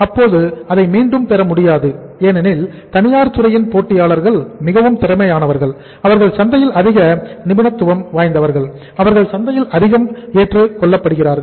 இப்போது அதை மீண்டும் பெற முடியாது ஏனெனில் தனியார் துறையின் போட்டியாளர்கள் மிகவும் திறமையானவர்கள் அவர்கள் சந்தையில் அதிக நிபுணத்துவம் வாய்ந்தவர்கள் அவர்கள் சந்தையில் அதிகம் ஏற்றுக் கொள்ளப்படுகிறார்கள்